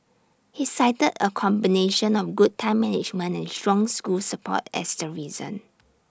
he cited A combination of good time management and strong school support as the reason